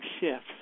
shifts